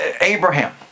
Abraham